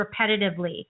repetitively